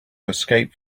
escape